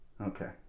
Okay